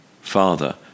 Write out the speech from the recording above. Father